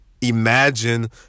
imagine